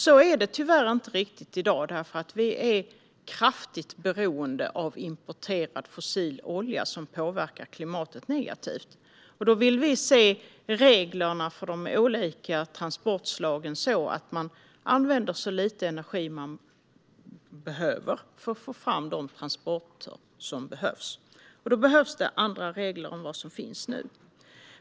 Så är det tyvärr inte riktigt i dag, för vi är kraftigt beroende av importerad fossil olja, som påverkar klimatet negativt. Då vill vi se regler för de olika transportslagen som gör att man använder så lite energi man behöver för att få fram de transporter som behövs. Då behövs det andra regler än vad som finns nu.